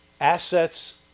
assets